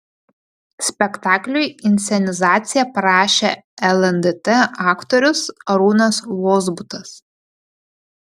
spektakliui inscenizaciją parašė lndt aktorius arūnas vozbutas